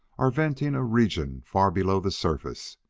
are venting a region far below the surface.